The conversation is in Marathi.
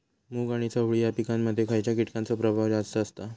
मूग आणि चवळी या पिकांमध्ये खैयच्या कीटकांचो प्रभाव जास्त असता?